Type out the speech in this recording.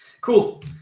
cool